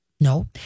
No